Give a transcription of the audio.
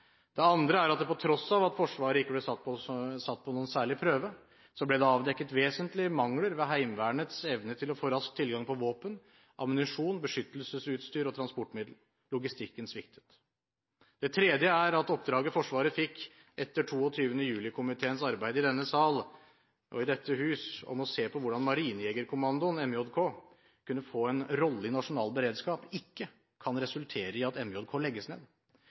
Det andre er at på tross av at Forsvaret ikke ble satt på noen særlig prøve, ble det avdekket vesentlige mangler ved Heimevernets evne til å få rask tilgang på våpen, ammunisjon, beskyttelsesutstyr og transportmidler. Logistikken sviktet. Det tredje er at oppdraget Forsvaret fikk etter 22. juli-komiteens arbeid i denne sal og i dette hus om å se på hvordan Marinejegerkommandoen – MJK – kan få en rolle i nasjonal beredskap, ikke kan resultere i at MJK legges ned.